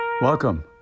Welcome